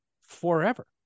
forever